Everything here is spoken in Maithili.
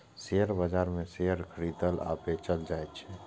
शेयर बाजार मे शेयर खरीदल आ बेचल जाइ छै